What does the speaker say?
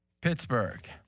Pittsburgh